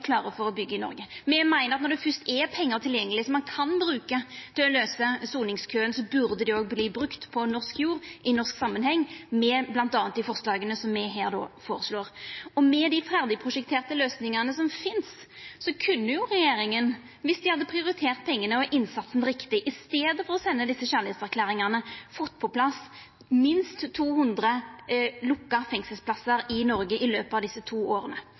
klare for å byggja i Noreg. Me meiner at når det fyrst er pengar tilgjengeleg som ein kan bruka til å løysa soningskøen, burde dei òg verta brukte på norsk jord, i norsk samanheng, med bl.a. dei forslaga som me kjem med her. Med dei ferdigprosjekterte løysingane som finst, kunne regjeringa – dersom dei hadde prioritert pengane og innsatsen riktig, i staden for å senda desse kjærleikserklæringane – fått på plass minst 200 lukka fengselsplassar i Noreg i løpet av desse to åra.